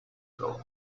ago